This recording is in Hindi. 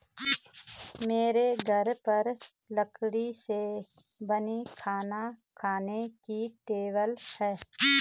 मेरे घर पर लकड़ी से बनी खाना खाने की टेबल है